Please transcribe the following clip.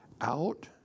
out